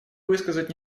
высказать